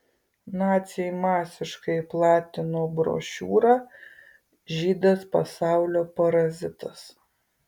naciai masiškai platino brošiūrą žydas pasaulio parazitas